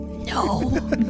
No